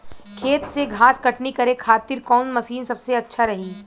खेत से घास कटनी करे खातिर कौन मशीन सबसे अच्छा रही?